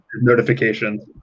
notifications